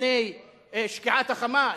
לפני שקיעת החמה,